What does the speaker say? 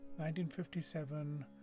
1957